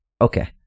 Okay